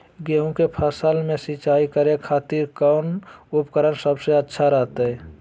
गेहूं के फसल में सिंचाई करे खातिर कौन उपकरण सबसे अच्छा रहतय?